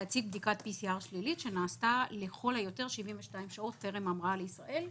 להציג בדיקת PCR שלילית שנעשתה לכל היותר 72 שעות טרם ההמראה לישראל,